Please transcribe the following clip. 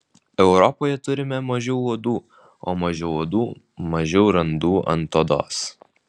europoje turime mažiau uodų o mažiau uodų mažiau randų ant odos